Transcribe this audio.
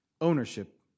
Ownership